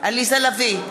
עליזה לביא,